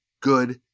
good